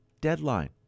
deadline